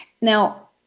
Now